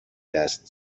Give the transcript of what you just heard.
دست